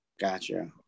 Gotcha